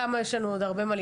כמה יש לנו עוד ללמוד.